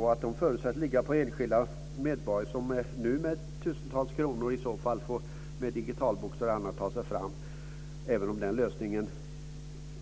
Kostnader förutsätts ligga på enskilda medborgare som med tusentals kronor för digitalboxar och annat får ta sig fram. Även om den lösningen